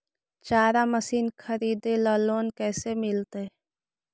चारा मशिन खरीदे ल लोन कैसे मिलतै?